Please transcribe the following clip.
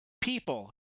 people